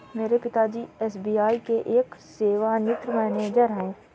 मेरे पिता जी एस.बी.आई के एक सेवानिवृत मैनेजर है